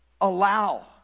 allow